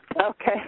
Okay